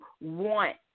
want